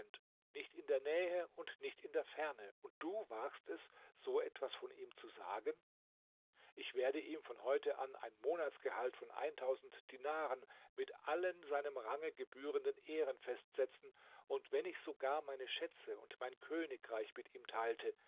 nicht in der nähe und nicht in der ferne und du wagst es so etwas von ihm zu sagen ich werde ihm von heute an ein monatsgehalt von dinaren mit allen seinem range gebührenden ehren festsetzen und wenn ich sogar meine schätze und mein königreich mit ihm teilte